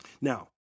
Now